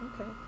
Okay